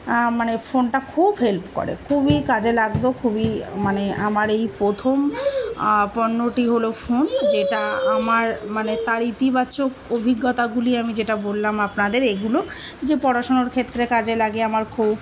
মানে ফোনটা খুব হেল্প করে খুবই কাজে লাগতো খুবই মানে আমার এই প্রথম পণ্যটি হলো ফোন যেটা আমার মানে তার ইতিবাচক অভিজ্ঞতাগুলি আমি যেটা বললাম আপনাদের এগুলো যে পড়াশুনোর ক্ষেত্রে কাজে লাগে আমার খুব